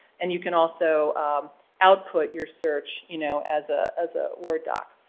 and you can also output your search, you know, as ah as a word doc.